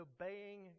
obeying